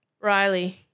Riley